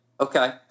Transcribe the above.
Okay